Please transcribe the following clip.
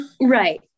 right